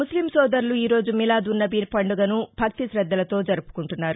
ముస్లిం సోదరులు ఈ రోజు మిలాద్ ఉన్ నబి పండుగను భక్తి శద్దలతో జరుపుకుంటున్నారు